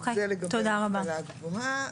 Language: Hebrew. זה לגבי ההשכלה הגבוהה.